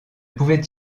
pouvait